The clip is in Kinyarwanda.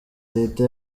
leta